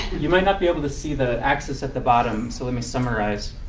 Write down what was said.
you might not be able to see the axis at the bottom. so let me summarize.